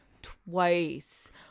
twice